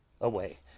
away